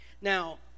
Now